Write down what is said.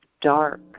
dark